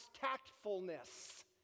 tactfulness